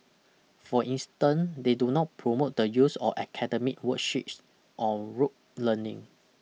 for instance they do not promote the use of academic worksheets or rote learning